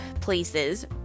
places